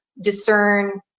discern